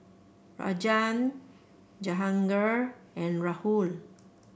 Rajan Jahangir and Rahul